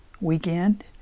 weekend